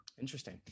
Interesting